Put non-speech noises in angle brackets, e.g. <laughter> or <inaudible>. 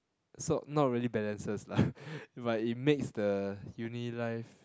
so not really balances lah <breath> but it makes the uni life